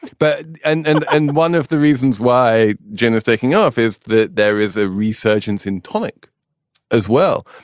but and and and one of the reasons why jenny is taking off is that there is a resurgence in tonic as well.